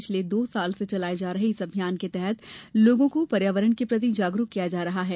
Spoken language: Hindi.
पिछले दो वर्ष से चलाये जा रहे इस अभियान के तहत लोगों को पर्यावरण के प्रति जागरुक किया जा रहा है